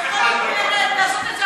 אתה מוותר על מענה?